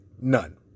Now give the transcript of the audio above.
None